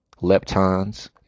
leptons